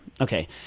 Okay